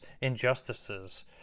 injustices